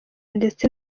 ndetse